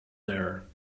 there